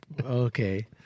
Okay